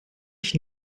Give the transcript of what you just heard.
ich